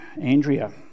Andrea